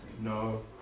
no